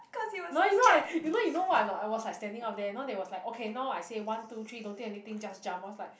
well you know what you know you know what not I was like standing out there now they now they was like okay now I say one two three don't think anything just jump I was like